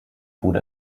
wurde